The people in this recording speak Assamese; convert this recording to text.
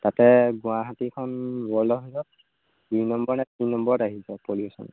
তাতে গুৱাহাটীখন ৱৰ্ল্ডৰ ভাগত দুই নম্বৰ নে তিনি নম্বৰত আহিছে পলিউশ্যনত